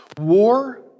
war